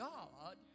God